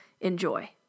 Enjoy